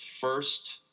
first